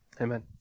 amen